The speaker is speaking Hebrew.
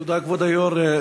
תודה, כבוד היושב-ראש.